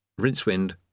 Rincewind